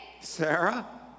Sarah